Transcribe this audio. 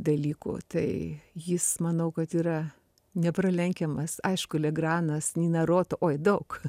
dalykų tai jis manau kad yra nepralenkiamas aišku legranas ninarota oi daug